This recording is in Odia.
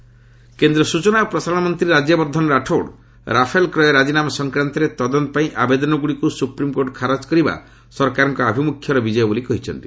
ରାଠୋର ରାଫେଲ ଏସ୍ସି କେନ୍ଦ୍ର ସୂଚନା ଓ ପ୍ରସାରଣ ମନ୍ତ୍ରୀ ରାଜବ୍ୟର୍ଦ୍ଧନ ରାଠୋର ରାଫେଲ କ୍ରୟ ରାଜିନାମା ସଂକ୍ରାନ୍ତରେ ତଦନ୍ତ ପାଇଁ ଆବେଦନଗୁଡ଼ିକୁ ସୁପ୍ରିମକୋର୍ଟ ଖାରଜ କରିବା ସରକାରଙ୍କ ଆଭିମୁଖ୍ୟର ବିଜୟ ବୋଲି କହିଛନ୍ତି